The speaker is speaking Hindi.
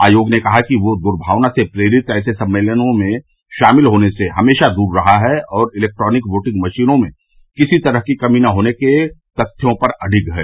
आयोग ने कहा कि वह द्र्भावना से प्रेरित ऐसे सम्मेलनों में शामिल होने से हमेशा दूर रहा है और इलेक्ट्रॉनिक योटिंग मशीनों में किसी तरह की कमी न होने के तथ्यों पर अडिग है